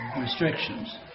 restrictions